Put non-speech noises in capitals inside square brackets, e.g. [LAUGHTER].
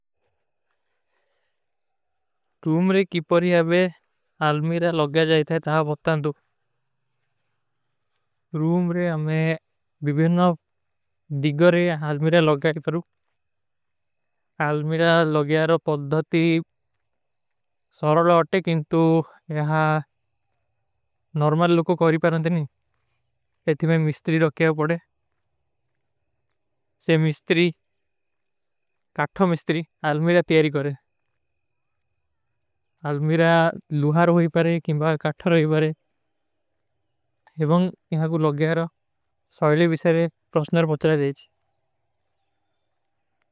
ପୁରା ଦୁନ୍ଯାରେ କିଛୀ ପାରଂପରୀ କା ମିଠା [HESITATION] କାରନା ଏବଂଗ [HESITATION] ଆପନା ଜହାଗୋ ଚକ୍ଯାଓ ଚାହୂଁ ଚୋଂଦୀ [HESITATION] ତାହେ ଵିଶରେ ଦୋତାନ ଥୁ। ପୁରା ଦୁନ୍ଯାରେ କିଛୀ ପାରଂପରୀ କା ମିଠା କାରନା ଏବଂଗ ଆପନା ଜହାଗୋ ଚକ୍ଯାଓ ଚାହୂଁ ଚୋଂଦୀ ତାହେ ଵିଶରେ ଦୋତାନ ଥ।